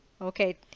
Okay